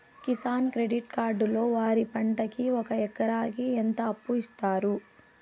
Kisan credit card లో వరి పంటకి ఒక ఎకరాకి ఎంత అప్పు ఇస్తారు?